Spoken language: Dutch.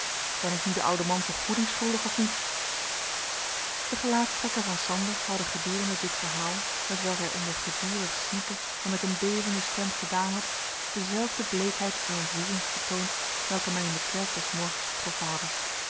ben ik nu den ouden man vergoeding schuldig of niet de gelaatstrekken van sander hadden gedurende dit verhaal hetwelk hij onder gedurig snikken en met een bevende stem gedaan had dezelfde bleekheid en ontroering vertoond welke mij in de kerk des morgens getroffen hadden